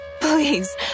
Please